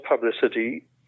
publicity